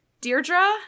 Deirdre